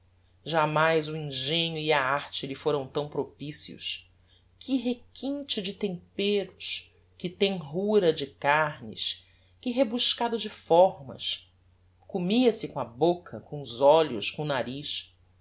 jámais o engenho e a arte lhe foram tão propicios que requinte de temperos que tenrura de carnes que rebuscado de fórmas comia se com a bocca com os olhos com o nariz